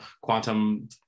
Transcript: quantum